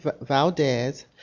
Valdez